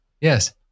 yes